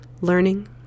learning